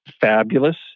fabulous